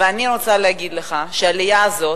ואני רוצה להגיד לך שהעלייה הזאת,